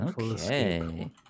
Okay